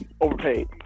Overpaid